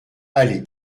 allez